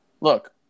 look